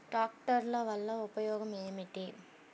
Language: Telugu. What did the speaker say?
ట్రాక్టర్ల వల్ల ఉపయోగం ఏమిటీ?